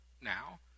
now